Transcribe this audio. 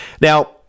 now